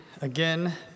again